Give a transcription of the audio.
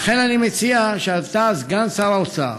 לכן אני מציע שאתה, סגן שר האוצר,